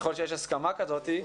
ככל שיש הסכמה כזאת.